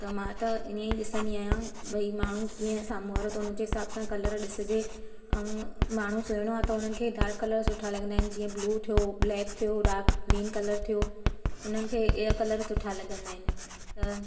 त मां त इअंई ॾिसंदी आहियां भई माण्हुनि कीअं साम्हूं वारो त हुनजे हिसाब सां कलर ॾिसजे ऐं माण्हू सुहिणो आहे त हुननि खे डार्क कलर सुठा लॻंदा आहिनि जीअं ब्लू थियो ब्लैक थियो डार्क ग्रीन कलर थियो हुननि खे इहा कलर सुठा लॻंदा आहिनि त